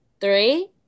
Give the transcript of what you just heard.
three